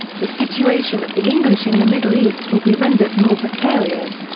the situation of the english in the middle east will be rendered more precarious,